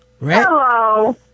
Hello